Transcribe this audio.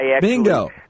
Bingo